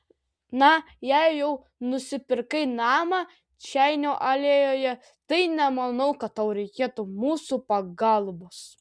na jei jau nusipirkai namą čeinio alėjoje tai nemanau kad tau reikėtų mūsų pagalbos